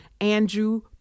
Andrew